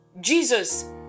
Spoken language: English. Jesus